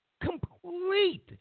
Complete